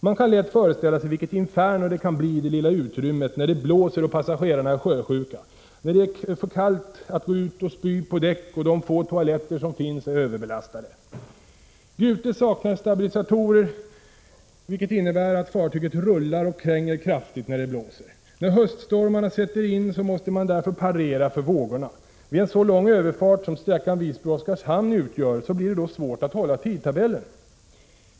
Man kan lätt föreställa sig vilket inferno det kan bli i det lilla utrymmet när det blåser och passagerarna är sjösjuka, när det är för kallt att gå ut och spy på däck och de få toaletter som finns är överbelastade. Gute saknar stabilisatorer, vilket innebär att fartyget rullar och kränger 94 kraftigt när det blåser. När höststormarna sätter in måste man därför parera för vågorna. Vid en så lång överfart som sträckan Visby-Oskarshamn utgör blir det då svårt att hålla tidtabellen.